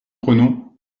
prenons